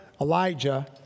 Elijah